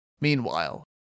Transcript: Meanwhile